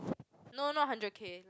no not hundred K